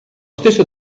stesso